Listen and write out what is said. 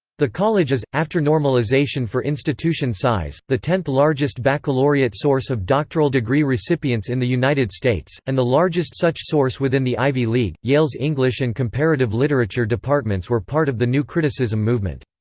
the college is, after normalization for institution size, the tenth-largest baccalaureate source of doctoral degree recipients in the united states, and the largest such source within the ivy league yale's english and comparative literature departments were part of the new criticism movement.